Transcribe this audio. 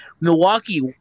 Milwaukee